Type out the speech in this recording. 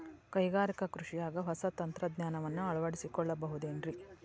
ಕೈಗಾರಿಕಾ ಕೃಷಿಯಾಗ ಹೊಸ ತಂತ್ರಜ್ಞಾನವನ್ನ ಅಳವಡಿಸಿಕೊಳ್ಳಬಹುದೇನ್ರೇ?